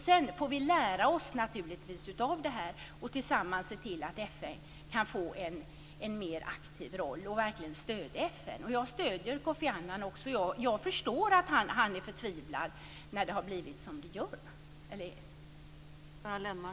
Sedan får vi naturligtvis lära oss av detta och tillsammans se till att FN kan få en mer aktiv roll och att FN verkligen stöds. Jag stöder Kofi Annan och förstår att han är förtvivlad när det nu är som det är.